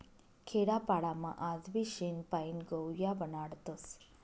खेडापाडामा आजबी शेण पायीन गव या बनाडतस